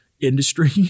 industry